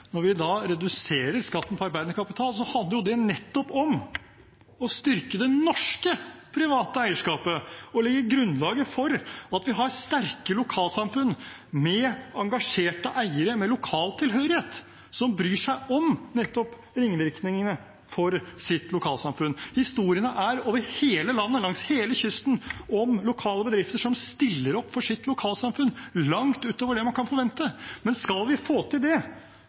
Når vi reduserer skatten på arbeidende kapital, handler det nettopp om å styrke det norske private eierskapet og legge grunnlaget for at vi har sterke lokalsamfunn med engasjerte eiere med lokal tilhørighet som bryr seg om nettopp ringvirkningene i sitt lokalsamfunn. Historiene er over hele landet, langs hele kysten, om lokale bedrifter som stiller opp for sitt lokalsamfunn langt utover det man kan forvente, men skal vi få til det